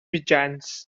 mitjans